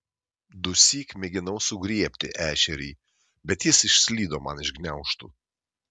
dusyk mėginau sugriebti ešerį bet jis išslydo man iš gniaužtų